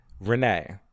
Renee